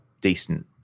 decent